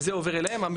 וזה עובר אליהם.